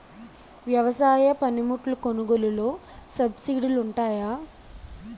వ్యవసాయ పనిముట్లు కొనుగోలు లొ సబ్సిడీ లు వుంటాయా?